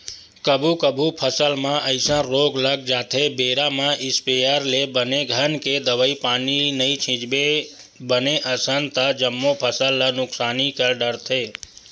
कभू कभू फसल म अइसन रोग लग जाथे बेरा म इस्पेयर ले बने घन के दवई पानी नइ छितबे बने असन ता जम्मो फसल ल नुकसानी कर डरथे